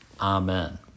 Amen